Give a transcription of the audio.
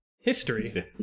History